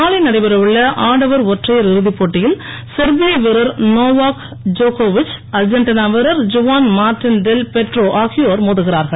நாளை நடைபெறவுள்ள ஆடவர் ஒற்றையர் இறுதிப்போட்டியில் செர்பியா வீரர் நோவாக் ஜோகோவிக் அர்ஜென்டினா வீரர் ஜுவான் மார்ட்டின் டெல் போட்ரோ ஆகியோர் மோதுகிறார்கள்